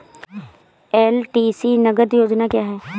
LTC नगद योजना क्या है?